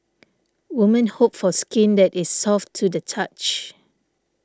women hope for skin that is soft to the touch